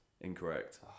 incorrect